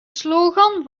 slogan